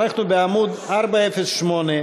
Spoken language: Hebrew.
אנחנו בעמוד 408,